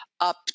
up